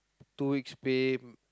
two weeks pay